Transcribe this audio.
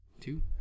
Two